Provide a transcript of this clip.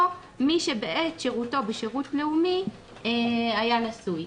או מי שבעת שירותו בשירות לאומי היה נשוי,